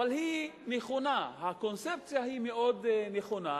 אבל היא נכונה, הקונספציה היא מאוד נכונה,